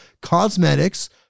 cosmetics